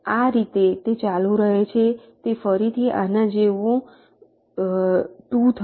આ રીતે તે ચાલુ રહે છે તે ફરીથી આના જેવું 2 થશે